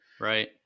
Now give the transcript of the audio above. right